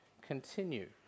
continue